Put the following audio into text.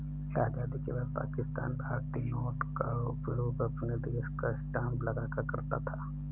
आजादी के बाद पाकिस्तान भारतीय नोट का उपयोग अपने देश का स्टांप लगाकर करता था